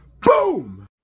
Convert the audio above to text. Boom